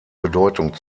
bedeutung